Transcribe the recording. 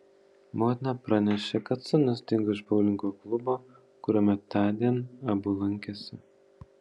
motina pranešė kad sūnus dingo iš boulingo klubo kuriame tądien abu lankėsi